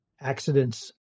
accidents